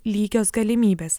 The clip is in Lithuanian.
lygios galimybės